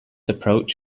approach